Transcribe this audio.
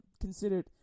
considered